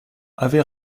avait